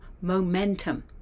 momentum